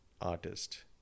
artist